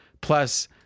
plus